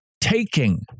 taking